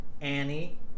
Annie